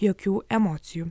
jokių emocijų